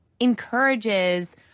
encourages